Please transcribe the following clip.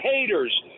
haters